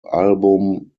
album